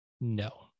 no